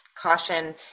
Caution